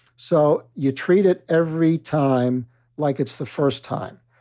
so you treat it every time like it's the first time.